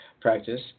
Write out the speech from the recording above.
practice